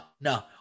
no